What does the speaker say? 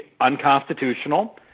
unconstitutional